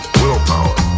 willpower